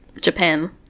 Japan